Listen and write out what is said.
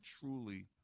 truly